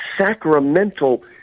sacramental